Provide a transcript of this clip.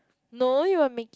no you were making